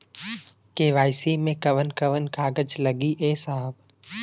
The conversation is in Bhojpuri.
के.वाइ.सी मे कवन कवन कागज लगी ए साहब?